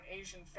Asian